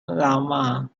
llama